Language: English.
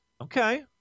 Okay